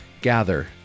Gather